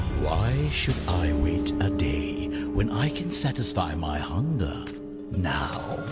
why should i wait a day when i can satisfy my hunger now?